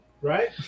right